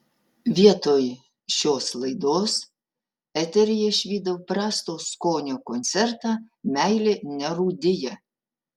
vietoj šios laidos eteryje išvydau prasto skonio koncertą meilė nerūdija